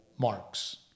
Marks